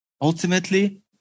Ultimately